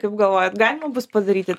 kaip galvojat galima bus padaryti